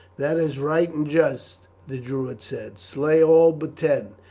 that is right and just, the druid said. slay all but ten,